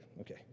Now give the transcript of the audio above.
Okay